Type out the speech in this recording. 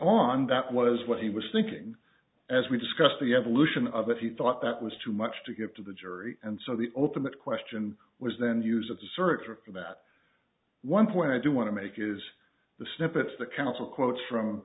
on that was what he was thinking as we discussed the evolution of it he thought that was too much to give to the jury and so the ultimate question was then use of the search for that one point i do want to make is the snippets that counsel quotes from